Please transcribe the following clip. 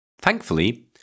Thankfully